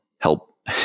help